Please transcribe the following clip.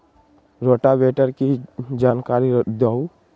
Rotavator के जानकारी दिआउ?